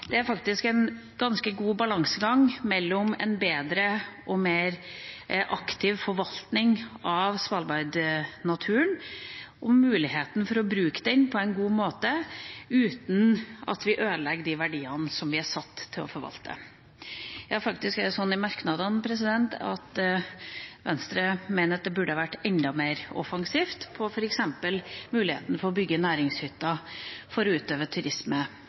mer aktiv forvaltning av Svalbard-naturen og muligheten for å bruke den på en god måte uten at vi ødelegger de verdiene som vi er satt til å forvalte. Ja, faktisk er det sånn at Venstre i merknadene mener at en burde vært enda mer offensiv i f.eks. muligheten for å bygge næringshytter for å utøve turisme